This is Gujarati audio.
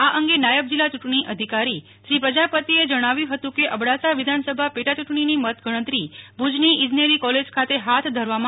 આ અંગે નાયબ જીલ્લા ચૂંટણી અધિકારી શ્રી પ્રજાપતિએ જણાવ્યું હતું કે અબડાસા વિધાન સભા પેટા ચૂંટણીની મત ગણતરી ભુજની ઈજનેરી કોલેજ ખાતે હાથ ધરવામાં આવશે